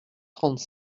trente